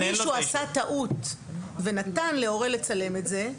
מישהו עשה טעות ונתן להורה לצלם את זה.